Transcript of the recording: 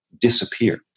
Disappear